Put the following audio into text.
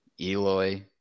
Eloy